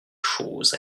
chose